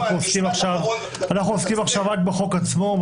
אנחנו עוסקים עכשיו רק בחוק עצמו,